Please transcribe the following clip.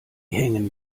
hängen